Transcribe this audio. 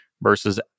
versus